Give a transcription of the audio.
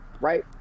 right